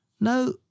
No